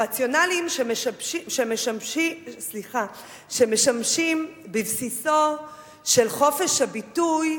הרציונלים שמשמשים בבסיסו של חופש הביטוי,